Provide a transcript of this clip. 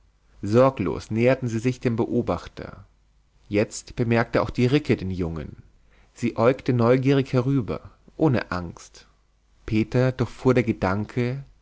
sorglos näherten sie sich dem beobachter jetzt bemerkte auch die ricke den jungen sie äugte neugierig herüber ohne angst peter durchfuhr der gedanke